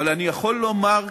אבל אני יכול לומר,